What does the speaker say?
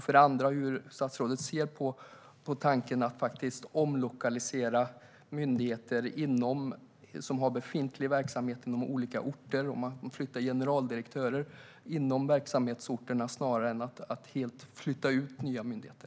För det andra: Hur ser statsrådet på tanken att omlokalisera myndigheter som har befintlig verksamhet inom olika orter, om man flyttar generaldirektörer inom verksamhetsorterna snarare än att helt flytta ut nya myndigheter?